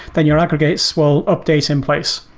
then your aggregates will update in place.